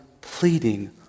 pleading